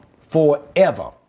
forever